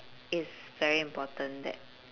it's very important that